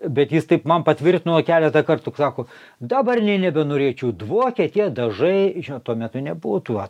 bet jis taip man patvirtino keletą kartų sako dabar nė nebenorėčiau dvokė tie dažai tuo metu nebuvo tų a